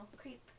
creep